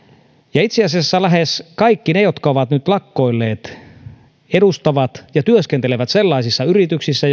ja itse asiassa lähes kaikki ne jotka ovat nyt lakkoilleet edustavat ja työskentelevät sellaisissa yrityksissä